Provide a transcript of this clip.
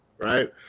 Right